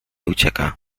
ucieka